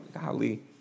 golly